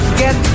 get